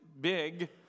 big